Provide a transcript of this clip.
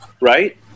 right